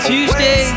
Tuesday